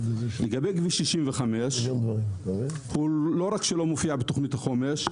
לגבי כביש 65, לא רק שהוא לא מופיע בתוכנית החומש.